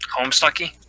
Homestucky